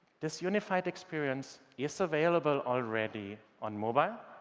this unified experience is available already on mobile,